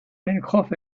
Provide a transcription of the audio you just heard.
pencroff